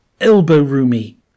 elbow-roomy